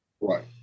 Right